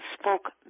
spoke